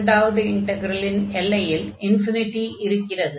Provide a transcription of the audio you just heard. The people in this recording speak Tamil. இரண்டாவது இண்டக்ரலின் எல்லையில் இருக்கிறது